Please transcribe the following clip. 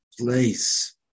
place